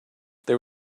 there